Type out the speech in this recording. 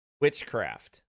witchcraft